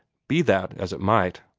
be that as it might,